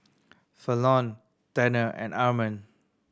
Falon Tanner and Armond